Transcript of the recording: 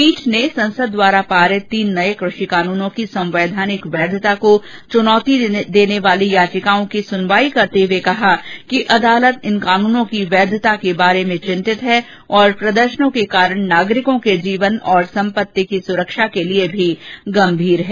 पीठ ने संसद द्वारा पारित तीन नए कृषि कानूनों की संवैधानिक वैधता को चुनौती देने वाली याचिकाओं की सुनवाई करते हुये कहा कि अदालत इन कानूनों की वैधता के बारे में चिंतित हैं तथा प्रदर्शनों के कारण नागरिकों के जीवन और सम्पत्ति की सुरक्षा के लिए भी गंभीर हैं